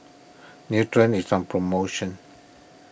Nutren is on promotion